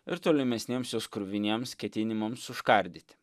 ir tolimesniems jos kruviniems ketinimams užkardyti